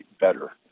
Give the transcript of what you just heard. better